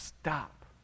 Stop